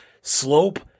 Slope